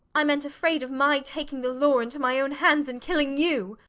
i meant afraid of my taking the law into my own hands, and killing you.